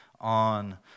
on